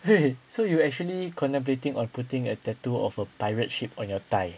eh so you actually contemplating on putting a tattoo of a pirate ship on your thigh